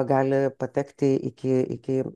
gali patekti iki iki